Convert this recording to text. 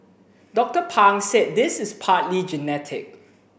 Doctor Pang said this is partly genetic